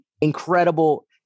Incredible